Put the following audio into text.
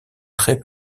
très